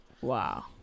wow